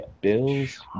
Bills